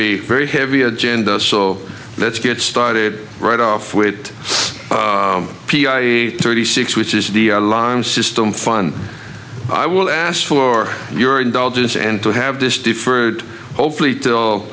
a very heavy agenda so let's get started right off wit p i thirty six which is the alarm system fun i will ask for your indulgence and to have this deferred hopefully